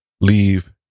leave